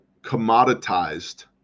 commoditized